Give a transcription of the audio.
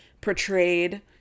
portrayed